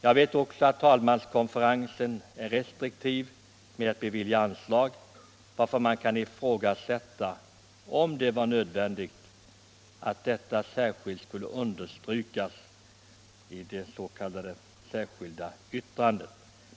Jag vet att talmanskonferensen är restriktiv med att bevilja tillstånd, varför man kan ifrågasätta om det var nödvändigt att detta speciellt skulle understrykas i det särskilda yttrandet.